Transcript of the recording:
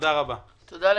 תודה רבה לכולם